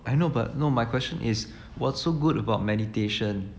I know but no my question is what's so good about meditation